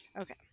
Okay